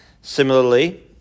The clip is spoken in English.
Similarly